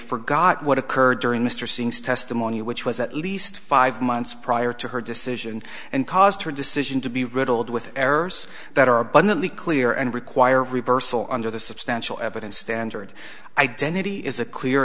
forgot what occurred during mr seems testimony which was at least five months prior to her decision and caused her decision to be riddled with errors that are abundantly clear and require a reversal under the substantial evidence standard identity is a clear